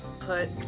put